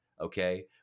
okay